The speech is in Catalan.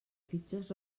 fitxes